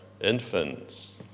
infants